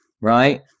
right